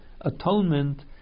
atonement